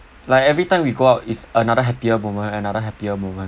like everytime we go out is another happier moment another happier moment